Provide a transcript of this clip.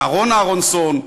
אהרן אהרונסון,